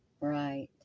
Right